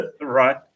right